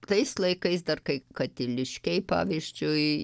tais laikais dar kai katiliškiai pavyzdžiui